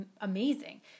Amazing